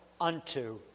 unto